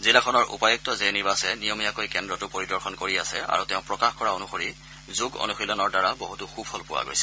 জিলাখনৰ উপাযুক্ত জে নিৱাচে নিয়মীয়াকৈ কেন্দ্ৰটো পৰিদৰ্শন কৰি আছে আৰু তেওঁ প্ৰকাশ কৰা অনুসৰি যোগ অনুশীলনৰ দ্বাৰা বহুতো সুফল পোৱা গৈছে